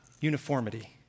uniformity